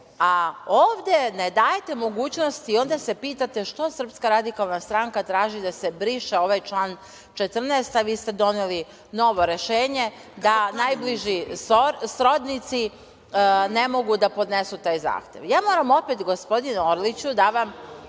ne dajete mogućnosti i onda se pitate što SRS traži da se briše ovaj član 14, a vi ste doneli novo rešenje da najbliži srodnici ne mogu da podnesu taj zahtev. Moram opet, gospodine Orliću, da vam